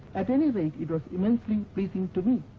at any rate, it was immensely pleasing to me.